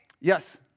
Yes